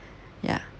ya